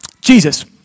Jesus